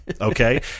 Okay